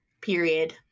period